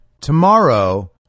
Tomorrow